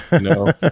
no